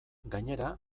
gainera